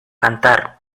cantar